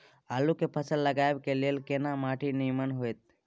आलू के फसल लगाबय के लेल केना माटी नीमन होयत?